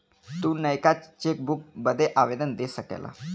तू नयका चेकबुक बदे आवेदन दे सकेला